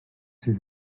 sydd